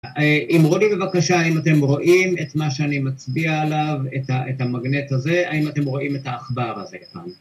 אם רוני בבקשה, האם אתם רואים את מה שאני מצביע עליו, את המגנט הזה, האם אתם רואים את העכבר הזה?